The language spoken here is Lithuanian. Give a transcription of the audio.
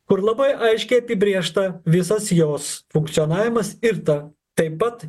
kur labai aiškiai apibrėžta visas jos funkcionavimas ir ta taip pat